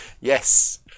Yes